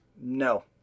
no